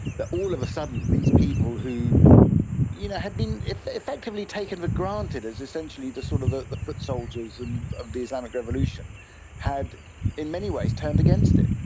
that all of a sudden these people who you know had been effectively taken for granted as essentially the sort of the the foot soldiers and of the islamic revolution had in many ways turned against it.